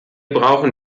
brauchen